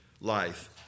life